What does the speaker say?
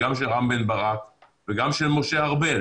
וגם של רם בן-ברק וגם של משה ארבל